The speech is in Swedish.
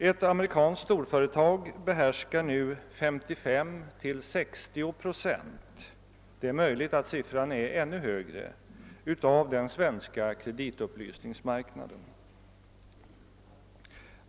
Ett amerikanskt storföretag behärskar nu 55—560 procent — det är möjligt att siffran är ännu högre — av den svenska kreditupplysningsmarknaden.